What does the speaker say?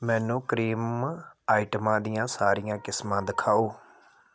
ਮੈਨੂੰ ਕਰੀਮ ਆਈਟਮਾਂ ਦੀਆਂ ਸਾਰੀਆਂ ਕਿਸਮਾਂ ਦਿਖਾਓ